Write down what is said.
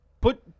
put